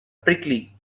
prickly